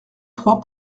trois